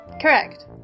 Correct